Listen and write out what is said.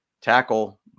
tackle